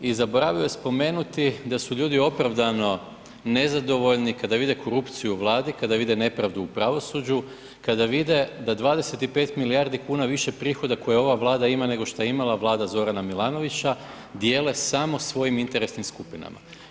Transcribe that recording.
I zaboravio je spomenuti da su ljudi opravdano nezadovoljni kada vide korupciju u Vladi, kada vide nepravdu u pravosuđu, kada vide da 25 milijardi kuna više prihoda koje ova Vlada ima nego šta je imala vlada Zorana Milanovića dijele samo svojim interesnim skupinama.